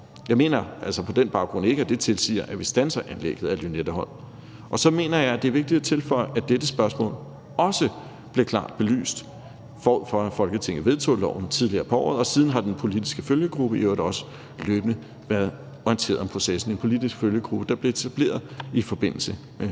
Jeg mener altså på den baggrund ikke, at det tilsiger, at vi standser anlægget af Lynetteholm. Og så mener jeg, at det er vigtigt at tilføje, at dette spørgsmål også blev klart belyst forud for, at Folketinget vedtog loven tidligere på året, og siden har den politiske følgegruppe i øvrigt også løbende været orienteret om processen – en politisk følgegruppe, der blev etableret i forbindelse med